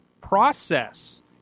process